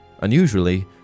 Unusually